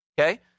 okay